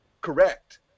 correct